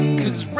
cause